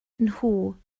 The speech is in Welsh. nhw